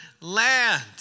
land